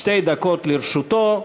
שתי דקות לרשותו.